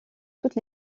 toute